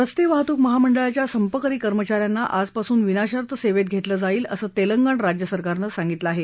रस्ते वाहतूक महामंडळाच्या संपकरी कर्मचा यांना आजपासून विनाशर्त सेवेत घेतलं जाईल असं तेलंगण राज्य सरकारनं सांगितलं आहे